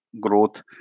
growth